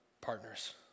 partners